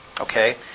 Okay